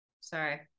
sorry